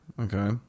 Okay